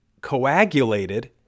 coagulated